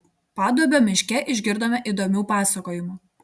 paduobio miške išgirdome įdomių pasakojimų